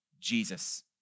Jesus